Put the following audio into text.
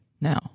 Now